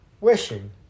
Wishing